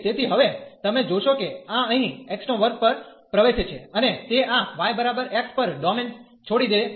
તેથી હવે તમે જોશો કે આ અહીં x2 પર પ્રવેશે છે અને તે આ y x પર ડોમેન છોડી દે છે